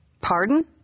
Pardon